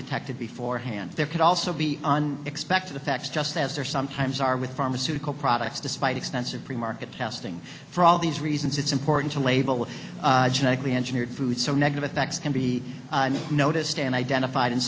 detected before hand there could also be on expect the facts just as they are sometimes are with pharmaceutical products despite extensive pre market testing for all these reasons it's important to label genetically engineered foods so negative effects can be noticed and identified and